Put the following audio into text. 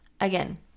again